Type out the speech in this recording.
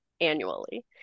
annually